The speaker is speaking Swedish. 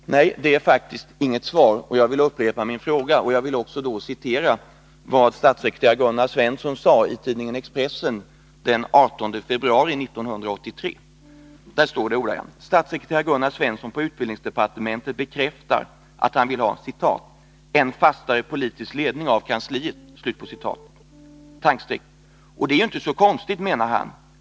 Herr talman! Nej, det är faktiskt inget svar, och jag vill därför upprepa min fråga. Jag vill då också citera vad statssekreterare Gunnar Svensson sade i tidningen Expressen den 18 februari 1983, där det står: ”Statssekreterare Gunnar Svensson på utbildningsdepartementet bekräftar att han vill ha en "fastare politisk ledning av kansliet”. —- Och det är ju inte så konstigt, menar han.